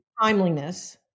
timeliness